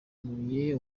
ntuye